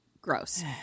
Gross